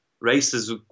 races